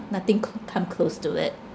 nothing could come close to it